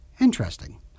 Interesting